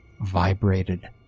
vibrated